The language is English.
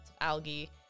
algae